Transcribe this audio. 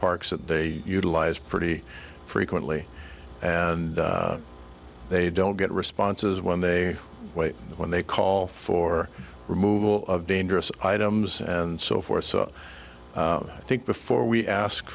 parks that they utilize pretty frequently and they don't get responses when they wait when they call for removal of dangerous items and so forth so i think before we ask